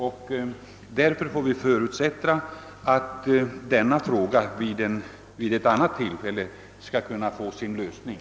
Vi får därför förutsätta att den här frågan kommer att kunna lösas i annat sammanhang.